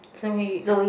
Zoey